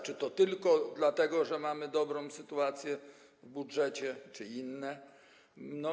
Czy to tylko dlatego, że mamy dobrą sytuację w budżecie, czy nie tylko?